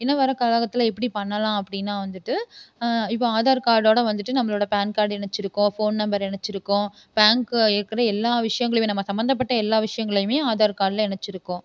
இன்னும் வர காலக்கட்டத்தில் எப்படி பண்ணலாம் அப்படின்னா வந்துட்டு இப்போ ஆதார் கார்டோட வந்துட்டு நம்மளோடய பேன் கார்டு இணைச்சிருக்கோம் ஃபோன் நம்பர் இணைச்சிருக்கோம் பேங்க்ல இருக்கிற எல்லா விஷயங்களையுமே நம்ம சம்மந்தப்பட்ட எல்லா விஷயங்களையுமே ஆதார் கார்டில் இணைச்சிருக்கோம்